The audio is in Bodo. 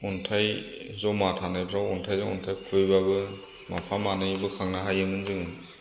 अन्थाइ जमा थानायफोराव अन्थाइजों अन्थाइ खुबैबाबो माफा मानै बोखांनो हायोमोन जोङो